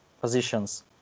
positions